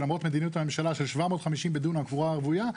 שלמרות מדיניות הממשלה של 750 בדונם קבורה רוויה,